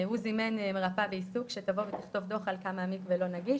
הוא זימן מרפאה בעיסוק שתבוא ותכתוב דו"ח עד כמה המקווה לא נגיש.